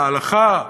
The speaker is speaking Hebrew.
להלכה,